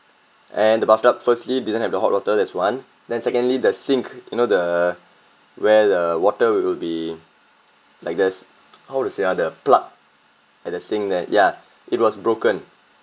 and the bathtub firstly didn't have the hot water that's one then secondly the sink you know the where the water will be like there's how to say ah the plug at the sink there ya it was broken